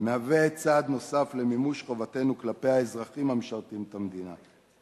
מהווה צעד נוסף למימוש חובתנו כלפי האזרחים המשרתים את המדינה.